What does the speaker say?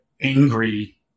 angry